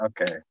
Okay